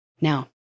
Now